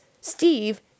Steve